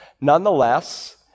Nonetheless